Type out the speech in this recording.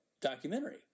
documentary